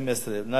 התשע"ב 2012. נא